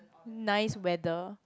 nice weather